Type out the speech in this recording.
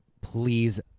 please